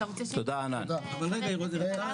אתה רוצה שאני אענה לחבר הכנסת כץ?